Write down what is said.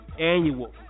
annual